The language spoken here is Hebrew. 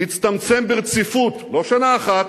הצטמצם ברציפות, לא שנה אחת,